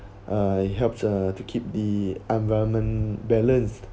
I helped uh to keep the environment balance